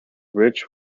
rich